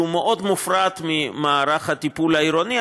שהוא מאוד מופרד ממערך הטיפול העירוני.